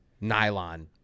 nylon